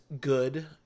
good